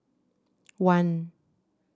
one